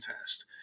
test